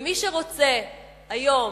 ומי שרוצה היום